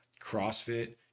CrossFit